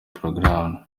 porogaramu